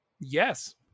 Yes